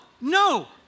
no